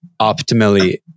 optimally